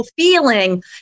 feeling